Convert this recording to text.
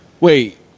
Wait